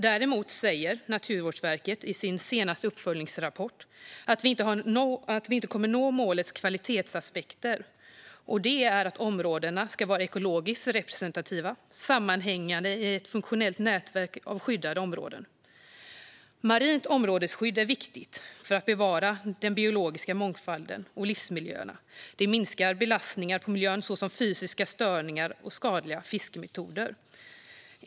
Däremot säger Naturvårdsverket i sin senaste uppföljningsrapport att vi inte kommer att nå målet om kvalitetsaspekter. Det handlar om att områdena ska vara ekologiskt representativa och sammanhängande i ett funktionellt nätverk av skyddade områden. Marint områdesskydd är viktigt för att bevara den biologiska mångfalden och livsmiljöerna. Det minskar belastningar på miljön såsom fysiska störningar och skadliga fiskemetoder.